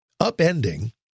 upending